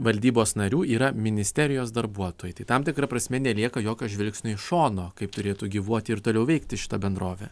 valdybos narių yra ministerijos darbuotojai tai tam tikra prasme nelieka jokio žvilgsnio iš šono kaip turėtų gyvuoti ir toliau veikti šita bendrovė